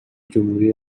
جمهوری